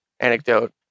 anecdote